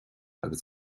agus